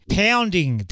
pounding